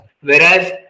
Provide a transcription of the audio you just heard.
Whereas